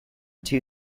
two